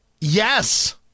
yes